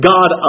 God